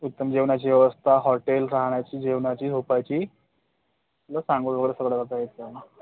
उत्तम जेवणाची व्यवस्था हॉटेल रहाण्याची जेवणाची झोपायची प्लस अंघोळ वगैरे सगळं करता येते